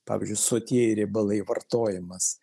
pavyzdžiui sotieji riebalai vartojimas